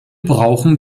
brauchen